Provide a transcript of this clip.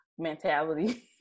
mentality